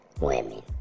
women